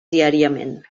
diàriament